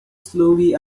slowly